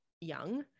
young